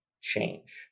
change